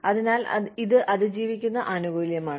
അതിനാൽ ഇത് അതിജീവിക്കുന്ന ആനുകൂല്യമാണ്